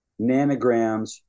nanograms